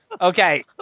Okay